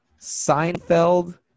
seinfeld